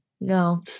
no